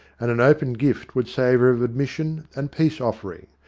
and an open gift would savour of admission and peace-offering,